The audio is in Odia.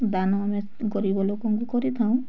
ଦାନ ଆମେ ଗରିବ ଲୋକଙ୍କୁ କରିଥାଉ